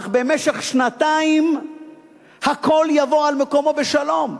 אך במשך שנתיים הכול יבוא על מקומו בשלום.